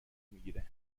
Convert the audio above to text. میگیره